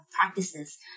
practices